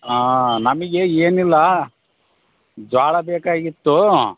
ಆಂ ನಮಗೆ ಏನಿಲ್ಲ ಜೋಳ ಬೇಕಾಗಿತ್ತು